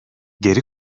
geri